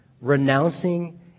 Renouncing